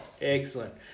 Excellent